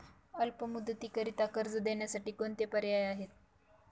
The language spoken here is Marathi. अल्प मुदतीकरीता कर्ज देण्यासाठी कोणते पर्याय आहेत?